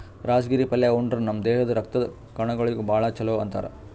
ರಾಜಗಿರಿ ಪಲ್ಯಾ ಉಂಡ್ರ ನಮ್ ದೇಹದ್ದ್ ರಕ್ತದ್ ಕಣಗೊಳಿಗ್ ಭಾಳ್ ಛಲೋ ಅಂತಾರ್